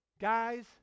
Guys